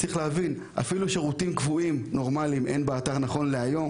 צריך להבין שאפילו שירותים קבועים נורמליים אין באתר נכון להיום.